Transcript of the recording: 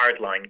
hardline